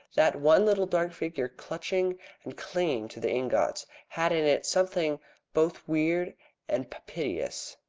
that one little dark figure clutching and clinging to the ingots had in it something both weird and piteous.